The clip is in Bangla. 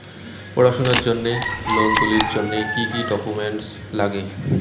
পড়াশুনার জন্যে লোন তুলির জন্যে কি কি ডকুমেন্টস নাগে?